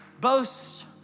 Boast